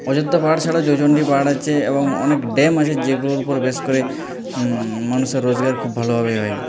অযোধ্যা পাহাড় ছাড়া জয়চন্ডী পাহাড় আছে এবং অনেক ড্যাম আছে যেগুলোর উপর বেস করে মানুষের রোজগার খুব ভালোভাবে হয়